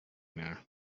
there